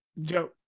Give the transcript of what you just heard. Joe